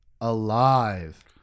alive